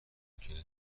ممکنه